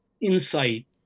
insight